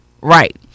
Right